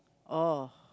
oh